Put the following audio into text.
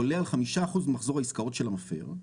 עולה על 5% ממחזור העסקאות של המפר,